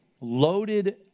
loaded